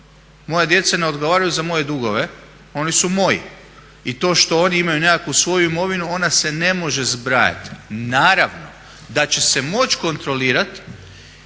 Moja djeca ne odgovaraju za moje dugove, oni su moji. I to što oni imaju nekakvu svoju imovinu ona se ne može zbrajati. Naravno da će se moći kontrolirati